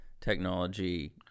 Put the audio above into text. technology